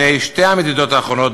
שתי המדידות האחרונות,